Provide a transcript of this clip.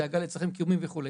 דאגה לצרכים קיומיים וכו'.